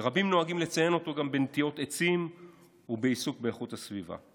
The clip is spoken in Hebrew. ורבים נוהגים לציין אותו גם בנטיעות עצים ובעיסוק באיכות הסביבה.